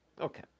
Okay